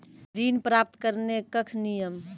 ऋण प्राप्त करने कख नियम?